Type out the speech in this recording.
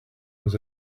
was